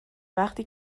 وقتی